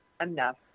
enough